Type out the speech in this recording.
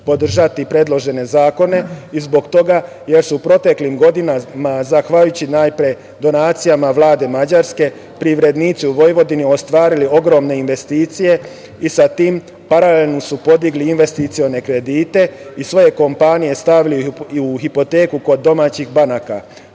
podržati predložene zakone zbog toga što su u proteklim godinama, zahvaljujući najpre donacijama Vlade Mađarske, privrednici u Vojvodini ostvarili ogromne investicije i sa tim paralelno su podigli investicione kredite i svoje kompanije stavili pod hipoteku kod domaćih banaka.